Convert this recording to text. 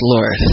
Lord